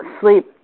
sleep